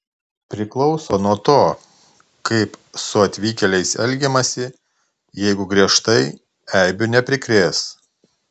priklauso nuo to kaip su atvykėliais elgiamasi jeigu griežtai eibių neprikrės